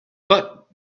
but